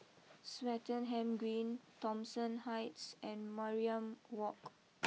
Swettenham Green Thomson Heights and Mariam walk